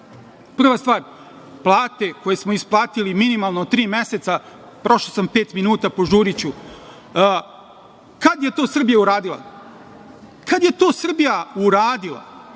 Prva stvar – plate koje smo isplatili minimalno tri meseca. Prošao sam pet minuta, požuriću. Kad je to Srbija uradila? Kad je to Srbija uradila?